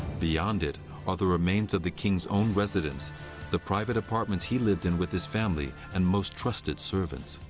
beyond it are the remains of the king's own residence the private apartments he lived in with his family and most trusted servants.